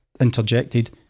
interjected